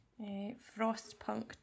Frostpunk